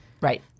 Right